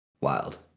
wild